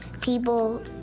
people